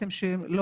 כללי.